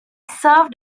served